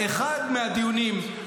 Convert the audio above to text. חוק המתנות לא נמצא בכתב אישום,